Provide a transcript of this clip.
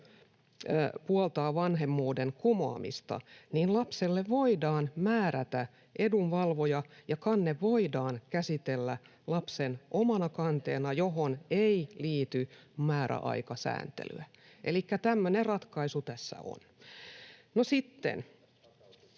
puoltaa vanhemmuuden kumoamista, niin lapselle voidaan määrätä edunvalvoja ja kanne voidaan käsitellä lapsen omana kanteena, johon ei liity määräaikasääntelyä. Elikkä tämmöinen ratkaisu tässä on. No miten